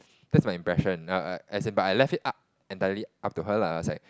that's my impression err err as in but I left it up entirely up to her lah I was like